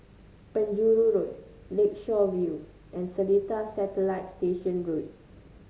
Penjuru Road Lakeshore View and Seletar Satellite Station Road